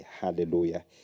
hallelujah